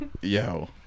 Yo